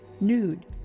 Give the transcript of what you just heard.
nude